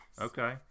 Okay